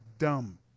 Dumb